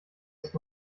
ist